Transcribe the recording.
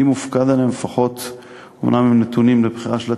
מופקד עליהם אומנם זה נתון לבחירה של הציבור,